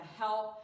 help